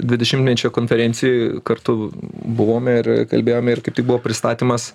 dvidešimtmečio konferencijoj kartu buvome ir kalbėjome ir kaip tik buvo pristatymas